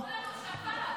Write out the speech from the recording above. אמרו לנו שפעת.